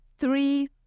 three